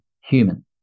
human